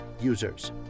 users